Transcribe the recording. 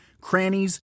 crannies